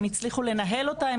הם הצליחו לנהל אותה,